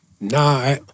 Nah